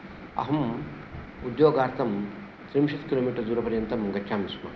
अहम् उद्योगार्थं त्रिंशत् किलो मीटर् दूरपर्यन्तं गच्छामिस्म